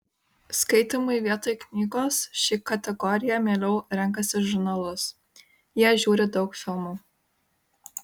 skaitymui vietoj knygos ši kategorija mieliau renkasi žurnalus jie žiūri daug filmų